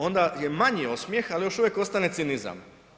Onda je manji osmijeh, ali još uvijek ostane cinizam.